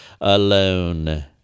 alone